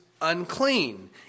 unclean